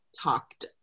talked